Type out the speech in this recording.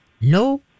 No